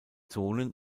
zonen